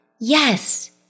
Yes